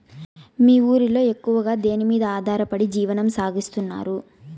మీ ఊరిలో ఎక్కువగా దేనిమీద ఆధారపడి జీవనం సాగిస్తున్నారు?